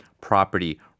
Property